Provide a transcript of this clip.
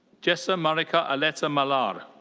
jessa maricar aleta mallare.